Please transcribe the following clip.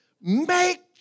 Make